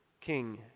King